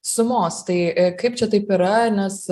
sumos tai kaip čia taip yra nes